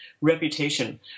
reputation